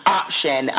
option